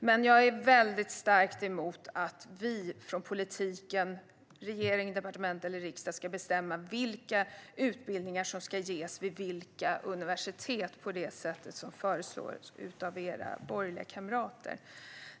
Men jag är starkt emot att vi från politiken - regering, departement eller riksdag - ska bestämma vilka utbildningar som ska ges vid vilka universitet, som föreslås av Fredrik Christenssons borgerliga kamrater.